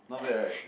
not bad right